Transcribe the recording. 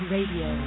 Radio